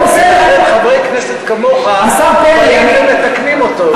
חברי כנסת ותיקים כמוך מתקנים אותו.